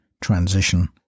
transition